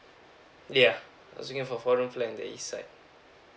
yeuh I was looking for four room flat in the east side